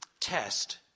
test